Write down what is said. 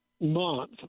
month